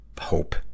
hope